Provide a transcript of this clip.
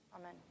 Amen